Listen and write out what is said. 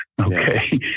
okay